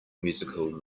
musical